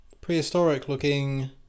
Prehistoric-looking